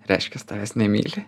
reiškias tavęs nemyli